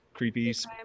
creepies